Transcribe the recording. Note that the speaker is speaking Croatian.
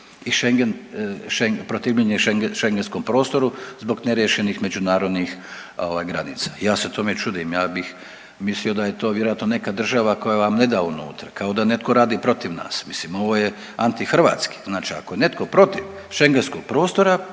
protivljenje schengenskom prostoru zbog neriješenih međunarodnih granica. Ja se tome čudim, ja bih mislio da je to vjerojatno neka država koja vam neda unutra, kao da netko radi protiv nas. Mislim ovo je antihrvatski. Znači, ako je netko protiv Schengenskog prostora,